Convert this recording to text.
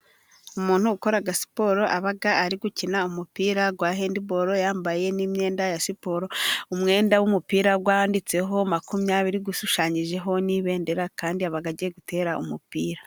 Umuntu ukora siporo, aba ari gukina umupira wa hendiboro, yambaye n'imyenda ya siporo, umwenda w'umupira, wanditseho makumyabiri, ushushanyijeho n'ibendera, kandi aba agiye gutera umupira.